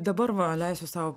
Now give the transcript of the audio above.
dabar va leisiu sau